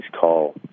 call